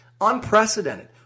Unprecedented